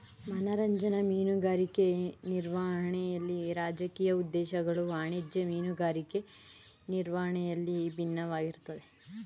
ಮನರಂಜನಾ ಮೀನುಗಾರಿಕೆ ನಿರ್ವಹಣೆಲಿ ರಾಜಕೀಯ ಉದ್ದೇಶಗಳು ವಾಣಿಜ್ಯ ಮೀನುಗಾರಿಕೆ ನಿರ್ವಹಣೆಯಲ್ಲಿ ಬಿನ್ನವಾಗಿರ್ತದೆ